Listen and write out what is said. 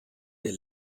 der